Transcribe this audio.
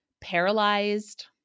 Paralyzed